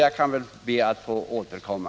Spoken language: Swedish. Jag ber att få återkomma.